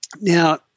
Now